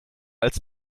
als